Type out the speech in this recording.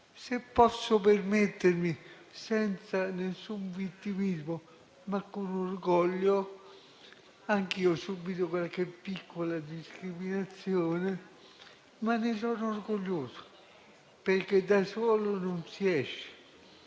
Se posso permettermi di dirlo, senza nessun vittimismo, anch'io ho subito qualche piccola discriminazione, ma ne sono orgoglioso, perché da soli non si esce